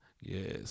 Yes